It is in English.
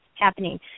happening